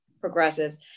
progressives